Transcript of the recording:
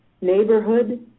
neighborhood